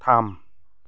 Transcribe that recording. थाम